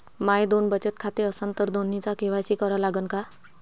माये दोन बचत खाते असन तर दोन्हीचा के.वाय.सी करा लागन का?